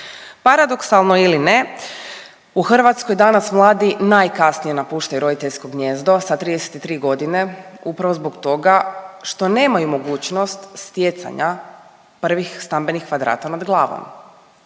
Paradoksalno ili ne u Hrvatskoj danas mladi najkasnije napuštaju roditeljsko gnijezdo, sa 33 godine, upravo zbog toga što nemaju mogućnost stjecanja prvih stambenih kvadrata nad glavom